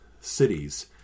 cities